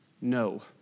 No